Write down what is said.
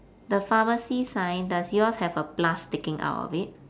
the pharmacy sign does yours have a plus sticking out of it